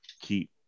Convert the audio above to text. keep